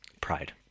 pride